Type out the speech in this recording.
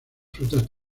frutas